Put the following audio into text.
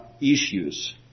issues